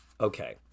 okay